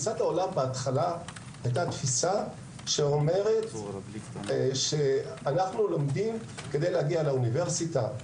בהתחלה הייתה תפיסה שאומרת שאנחנו לומדים כדי להגיע לאוניברסיטה.